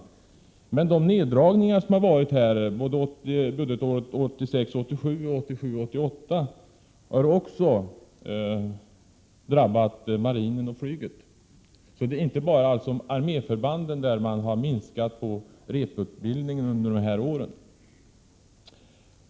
Men neddragningarna både budgetåret 1986 88 har också drabbat marinen och flyget, så det är alltså inte bara inom armén som man minskat omfattningen av repetitionsutbildningen under de här åren.